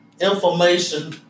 information